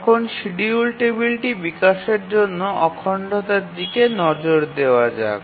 এখন শিডিউল টেবিলটি বিকাশের জন্য অখণ্ডতার দিকে নজর দেওয়া যাক